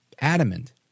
adamant